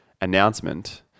announcement